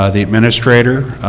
ah the administrator,